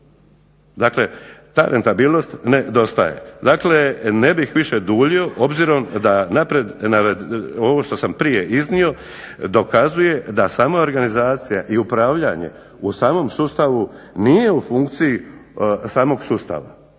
Dakle, ta rentabilnost nedostaje. Dakle, ne bih više duljio obzirom da naprijed, ovo što sam prije iznio dokazuje da samo organizacija i upravljanje u samom sustavu nije u funkciji samog sustava,